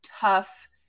tough